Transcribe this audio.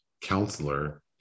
counselor